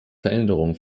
veränderungen